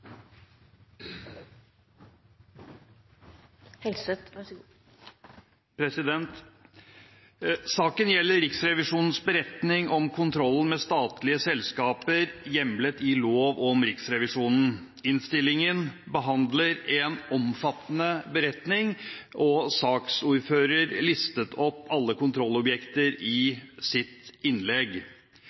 Saken gjelder Riksrevisjonens beretning om kontrollen med statlige selskaper hjemlet i lov om Riksrevisjonen. Innstillingen behandler en omfattende beretning, og saksordføreren listet opp alle kontrollobjekter i sitt innlegg.